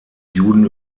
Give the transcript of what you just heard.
juden